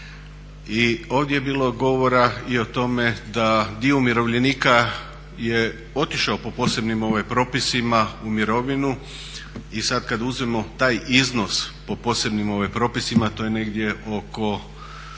I ovdje je bilo govora i o tome da dio umirovljenika je otišao po posebnim propisima u mirovinu i sad kad uzmemo taj iznos po posebnim propisima to je negdje oko